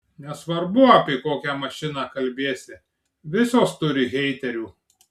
nesvarbu apie kokią mašiną kalbėsi visos turi heiterių